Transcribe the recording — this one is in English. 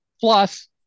plus